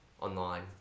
online